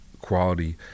quality